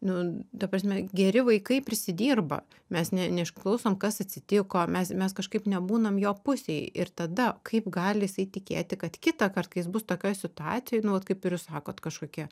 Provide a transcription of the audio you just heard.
nu ta prasme geri vaikai prisidirba mes ne neišklausom kas atsitiko mes mes kažkaip nebūnam jo pusėj ir tada kaip gali jisai tikėti kad kitąkart kai jis bus tokioj situacijoj nu vat kaip ir jūs sakot kažkokie